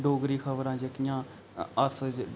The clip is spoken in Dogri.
डोगरी खबरां जेह्कियां अस